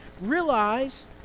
realize